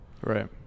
right